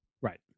Right